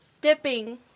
dipping